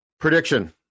Prediction